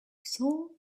saw